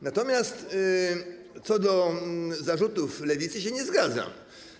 Natomiast co do zarzutów Lewicy, to się nie zgadzam.